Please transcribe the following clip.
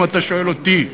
אם אתה שואל אותי,